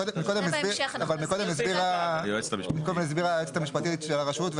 מקודם הסבירה היועצת המשפטית של הרשות,